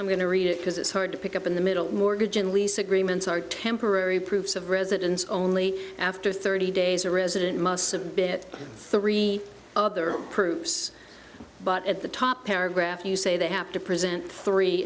i'm going to read it because it's hard to pick up in the middle mortgage and lease agreements are temporary proofs of residence only after thirty days a resident must have bit three of their proofs but at the top paragraph you say they have to present three